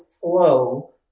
flow